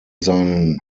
seinen